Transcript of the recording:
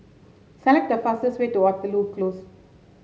select the fastest way to Waterloo Close